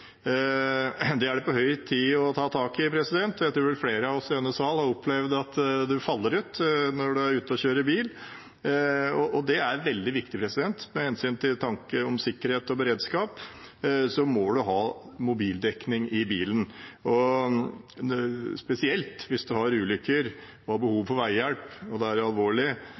Det er det på høy tid å ta tak i. Jeg tror flere av oss i denne sal har opplevd at mobilen faller ut når de er ute og kjører bil. Det er veldig viktig med tanke på sikkerhet og beredskap at man har mobildekning i bilen, spesielt ved ulykker, når man har behov for veihjelp og det er alvorlig.